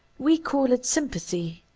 we call it sy m pathy,